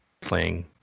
playing